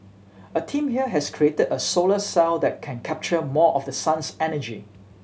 a team here has created a solar cell that can capture more of the sun's energy